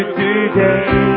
today